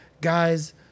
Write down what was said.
Guys